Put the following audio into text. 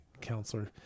counselor